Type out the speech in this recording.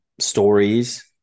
stories